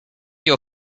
your